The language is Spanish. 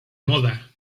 moda